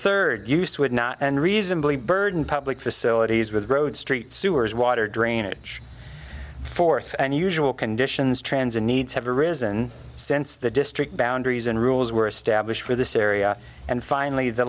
third use would not unreasonably burden public facilities with road street sewers water drainage fourth and usual conditions transit needs have arisen since the district boundaries and rules were established for this area and finally the